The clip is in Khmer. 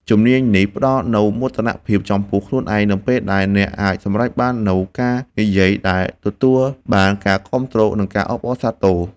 ជំនាញនេះផ្ដល់នូវមោទនភាពចំពោះខ្លួនឯង នៅពេលដែលអ្នកអាចសម្រេចបាននូវការនិយាយដែលទទួលបានការគាំទ្រ និងការអបអរសាទរ។